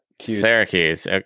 Syracuse